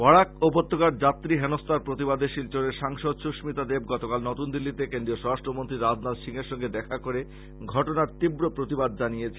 বরাক উপত্যকার যাত্রী হেনস্থার প্রতিবাদে শিলচরের সাংসদ সুস্মিতা দেব গতকাল নতুম দিল্লীতে কেন্দ্রীয় স্বরাষ্ট্র মন্ত্রী রাজনাথ সিং এর সঙ্গে দেখা করে ঘটনার তীব্র প্রতিবাদ জানিয়েছেন